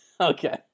Okay